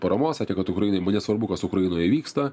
paramos sakė kad ukrainai man nesvarbu kas ukrainoje vyksta